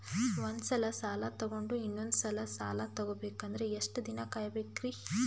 ಒಂದ್ಸಲ ಸಾಲ ತಗೊಂಡು ಇನ್ನೊಂದ್ ಸಲ ಸಾಲ ತಗೊಬೇಕಂದ್ರೆ ಎಷ್ಟ್ ದಿನ ಕಾಯ್ಬೇಕ್ರಿ?